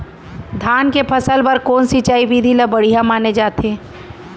धान के फसल बर कोन सिंचाई विधि ला बढ़िया माने जाथे?